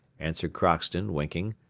answered crockston, winking,